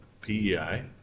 PEI